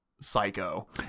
psycho